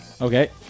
Okay